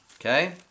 Okay